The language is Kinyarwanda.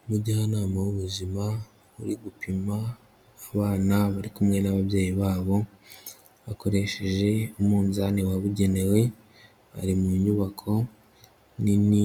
Umujyanama w'ubuzima uri gupima abana bari kumwe n'ababyeyi babo bakoresheje umunzani wabugenewe, bari mu nyubako nini